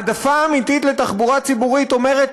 העדפה אמיתית של תחבורה ציבורית אומרת